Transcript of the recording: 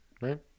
right